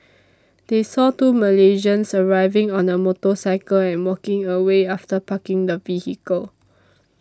they saw two Malaysians arriving on a motorcycle and walking away after parking the vehicle